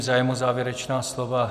Zájem o závěrečná slova?